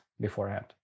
beforehand